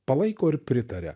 palaiko ir pritaria